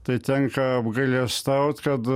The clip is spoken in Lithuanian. tai tenka apgailestaut kad